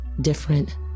different